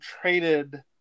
traded